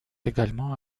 également